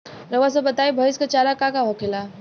रउआ सभ बताई भईस क चारा का का होखेला?